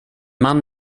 man